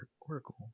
oracle